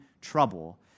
trouble